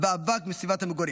ואבק מסביבת המגורים.